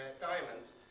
diamonds